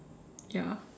ya